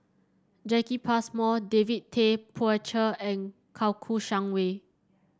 Jacki Passmore David Tay Poey Cher and Kouo Shang Wei